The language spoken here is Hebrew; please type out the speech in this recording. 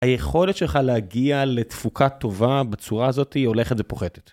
היכולת שלך להגיע לתפוקה טובה בצורה הזאתי הולכת ופוחתת.